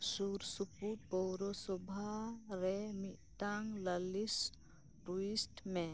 ᱥᱩᱨᱼᱥᱩᱯᱩᱨ ᱯᱳᱣᱨᱚᱥᱚᱵᱷᱟ ᱨᱮ ᱢᱤᱫᱴᱟᱝ ᱞᱟᱹᱞᱤᱥ ᱴᱩᱭᱤᱴ ᱢᱮ